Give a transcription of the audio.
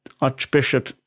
Archbishop